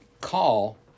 call